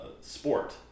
Sport